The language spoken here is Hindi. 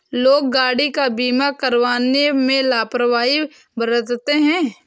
लोग गाड़ी का बीमा करवाने में लापरवाही बरतते हैं